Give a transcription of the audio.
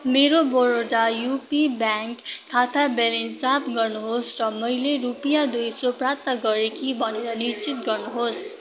मेरो Baroda UP bank खाता balance जाँच गर्नुहोस् र मैले रुपियाँ दुई सौ प्राप्त गरेँ कि भनेर निश्चित गर्नुहोस्